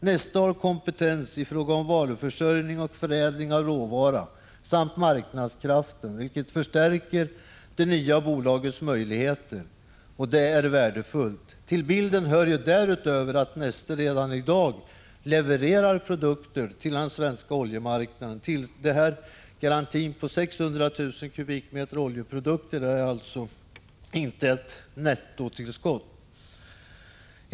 Neste har kompetens i fråga om varuförsörjning och förädling av råvara samt marknadskraft, vilket förstärker det nya bolagets möjligheter. Detta är värdefullt. Till bilden hör också att Neste redan i dag levererar produkter till den svenska oljemarknaden. Garantin på 600 000 m? oljeprodukter är alltså inte ett nettotillskott.